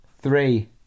Three